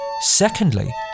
Secondly